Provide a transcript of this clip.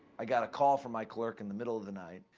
i got a call from my clerk in the middle of the night.